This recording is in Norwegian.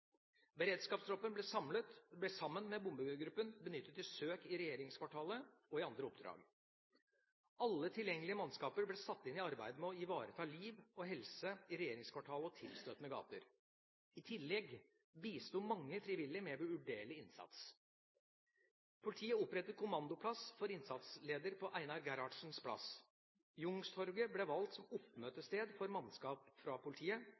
Beredskapstroppen ble sammen med bombegruppen benyttet til søk i regjeringskvartalet og i andre oppdrag. Alle tilgjengelige mannskaper ble satt inn i arbeidet med å ivareta liv og helse i regjeringskvartalet og i tilstøtende gater. I tillegg bisto mange frivillige med uvurderlig innsats. Politiet opprettet kommandoplass for innsatsleder på Einar Gerhardsens plass. Youngstorget ble valgt som oppmøtested for mannskaper fra politiet,